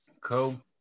cool